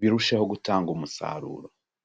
birusheho gutanga umusaruro.